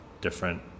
different